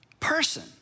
person